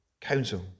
council